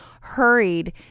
hurried